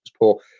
poor